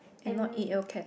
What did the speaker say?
and not e_l cat